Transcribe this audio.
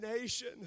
nation